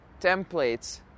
templates